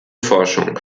forschung